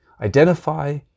identify